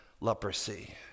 leprosy